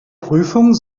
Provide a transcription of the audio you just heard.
prüfung